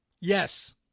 Yes